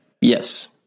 Yes